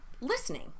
listening